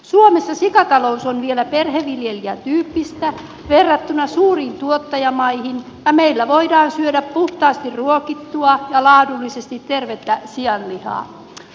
suomessa sikatalous on vielä perheviljelijätyyppistä verrattuna suuriin tuottajamaihin ja meillä voidaan syödä puhtaasti ruokittua ja laadullisesti tervettä sianlihaa